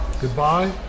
Goodbye